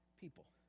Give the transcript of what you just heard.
people